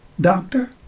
doctor